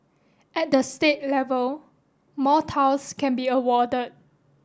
at the state level more can be awarded